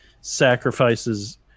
sacrifices